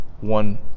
one